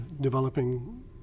developing